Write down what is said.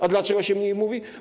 A dlaczego się mniej mówi?